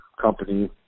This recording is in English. company